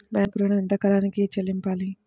Bank ఋణం ఎంత కాలానికి చెల్లింపాలి?